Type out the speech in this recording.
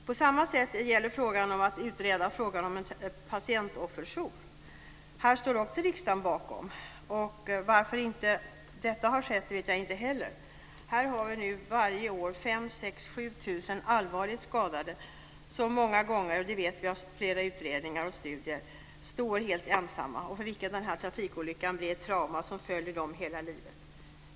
På samma sätt finns frågan om att utreda inrättandet av en patientofferjour. Denna fråga står riksdagen också bakom. Jag vet inte varför detta inte har skett. Här har vi varje år 5 000-7 000 allvarligt skadade som många gånger - det vet vi från många utredningar och studier - står helt ensamma och för vilken trafikolyckan blir ett trauma som följer dem hela livet.